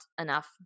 enough